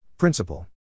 Principle